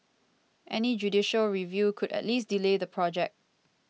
any judicial review could at least delay the project